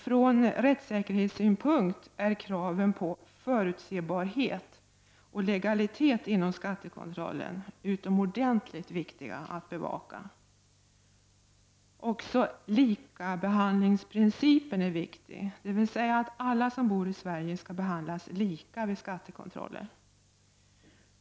Från rättssäkerhetssynpunkt är kraven på förutsebarhet och legalitet inom skattekontrollen utomordentligt viktiga att bevaka. Vidare är likabehandlingsprincipen viktig, dvs. att alla som bor i Sverige behandlas lika vid skattekontroller.